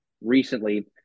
recently